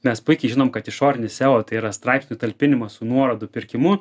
mes puikiai žinome kad išorinis seo tai yra straipsnių talpinimas su nuorodų pirkimu